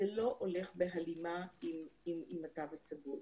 זה לא הולך בהלימה עם התו הסגול.